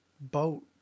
boat